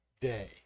day